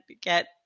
get